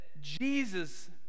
Jesus